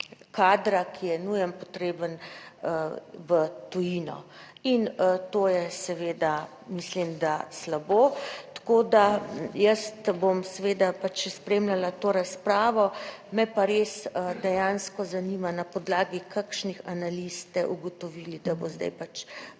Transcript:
kadra, ki je nujno potreben, v tujino. In to je seveda mislim, da slabo. Tako da jaz bom seveda pač spremljala to razpravo. Me pa res dejansko zanima, na podlagi kakšnih analiz ste ugotovili, da bo zdaj pač